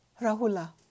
Rahula